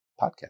podcast